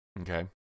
Okay